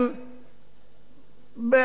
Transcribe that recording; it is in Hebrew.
אחרי החצי השני של התוכנית,